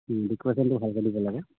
ডেকৰেশ্যনটো ভালকৈ দিব লাগে